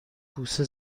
بوسه